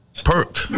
Perk